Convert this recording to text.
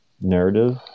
narrative